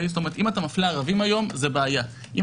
אם אתה מפלה ערבים היום, זאת הרבה פחות בעיה.